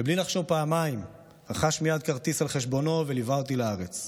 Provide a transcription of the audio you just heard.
ובלי לחשוב פעמיים רכש מייד כרטיס על חשבונו וליווה אותי לארץ.